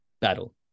battle